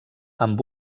amb